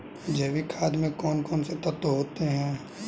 जैविक खाद में कौन कौन से तत्व होते हैं?